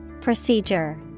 Procedure